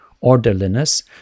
orderliness